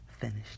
finished